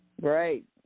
great